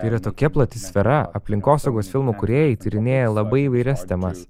tai yra tokia plati sfera aplinkosaugos filmų kūrėjai tyrinėja labai įvairias temas